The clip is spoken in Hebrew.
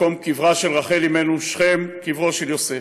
מקום קברה של רחל אמנו, שכם, קברו של יוסף.